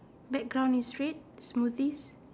background is red smooth East